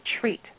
treat